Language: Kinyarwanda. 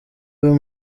uyu